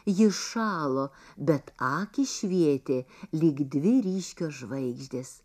ji šalo bet akys švietė lyg dvi ryškios žvaigždės